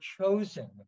chosen